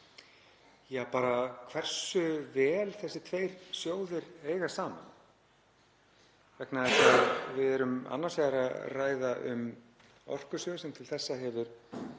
út í hversu vel þessir tveir sjóðir eiga saman. Við erum annars vegar að ræða um Orkusjóð, sem til þessa hefur